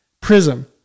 Prism